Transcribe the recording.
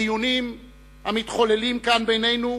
בדיונים המתחוללים כאן בינינו,